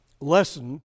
Lesson